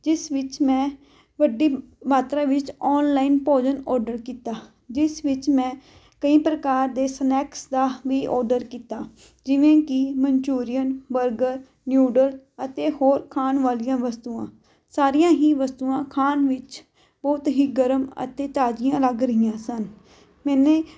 ਜਿਸ ਵਿੱਚ ਮੈਂ ਵੱਡੀ ਮਾਤਰਾ ਵਿੱਚ ਔਨਲਾਈਨ ਭੋਜਨ ਔਰਡਰ ਕੀਤਾ ਜਿਸ ਵਿੱਚ ਮੈਂ ਕਈ ਪ੍ਰਕਾਰ ਦੇ ਸਨੈਕਸ ਦਾ ਵੀ ਔਰਡਰ ਕੀਤਾ ਜਿਵੇਂ ਕਿ ਮੰਚੂਰੀਅਨ ਬਰਗਰ ਨਿਊਡਲ ਅਤੇ ਹੋਰ ਖਾਣ ਵਾਲੀਆਂ ਵਸਤੂਆਂ ਸਾਰੀਆਂ ਹੀ ਵਸਤੂਆਂ ਖਾਣ ਵਿੱਚ ਬਹੁਤ ਹੀ ਗਰਮ ਅਤੇ ਤਾਜ਼ੀਆਂ ਲੱਗ ਰਹੀਆਂ ਸਨ ਮੈਨੇ